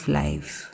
life